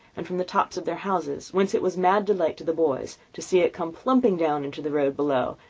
and from the tops of their houses, whence it was mad delight to the boys to see it come plumping down into the road below,